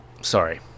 Sorry